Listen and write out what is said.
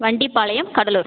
Vandipalayam Cuddalore